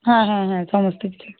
হ্যাঁ হ্যাঁ হ্যাঁ সমস্ত কিছু